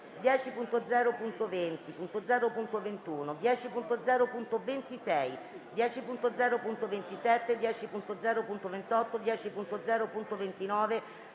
10.0.20, 10.0.21, 10.0.26, 10.0.27, 10.0.28, 10.0.29,